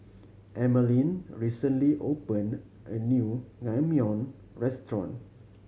Emaline recently opened a new Naengmyeon Restaurant